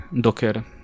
docker